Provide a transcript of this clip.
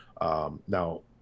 Now